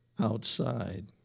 outside